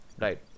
Right